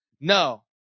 no